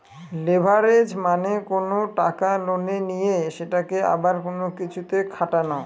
leverage মানে কোনো টাকা লোনে নিয়ে সেটাকে আবার অন্য কিছুতে খাটানো